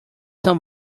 son